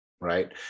right